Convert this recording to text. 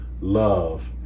love